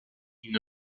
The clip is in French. une